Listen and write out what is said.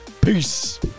Peace